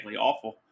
awful